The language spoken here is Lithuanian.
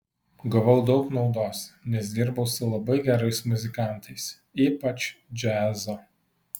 gavau daug naudos nes dirbau su labai gerais muzikantais ypač džiazo